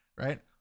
right